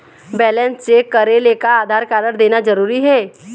Balance check करेले का Aadhaar card देना जरूरी हे?